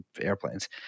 airplanes